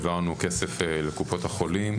בוקר טוב לכל האורחים שהגיעו לדיון החשוב בוועדה הבוקר,